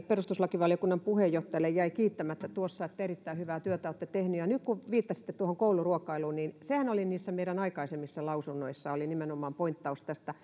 perustuslakivaliokunnan puheenjohtajalle jäi kiittämättä tuossa että erittäin hyvää työtä olette tehnyt nyt kun viittasitte tuohon kouluruokailuun niin sehän oli niissä meidän aikaisemmissa lausunnoissa oli nimenomaan pointtaus tästä